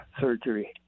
surgery